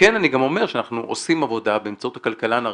וכן אני גם אומר שאנחנו עושים עבודה באמצעות הכלכלן הראשי,